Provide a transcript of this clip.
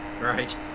Right